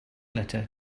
letter